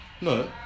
no